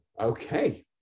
Okay